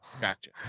Gotcha